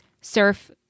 surf